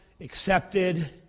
accepted